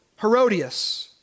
Herodias